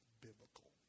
biblical